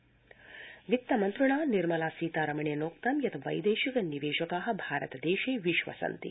निर्मला सीतारमण वित्त मंत्रिणा निर्मला सीतारमणोक्तं यत् वैदेशिक निवेशका भारतदेशे विश्वसन्ति